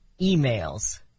emails